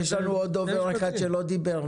יש לנו עוד דובר אחד שלא ידבר.